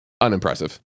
Unimpressive